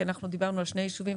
כי אנחנו דיברנו על שני יישובים,